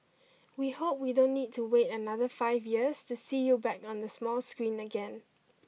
we hope we don't need to wait another five years to see you back on the small screen again